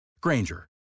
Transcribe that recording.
Granger